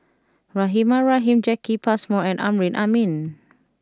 Rahimah Rahim Jacki Passmore and Amrin Amin